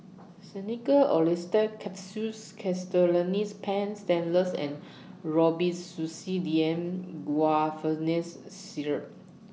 Xenical Orlistat Capsules Castellani's Paint Stainless and Robitussin D M Guaiphenesin Syrup